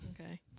Okay